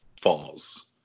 falls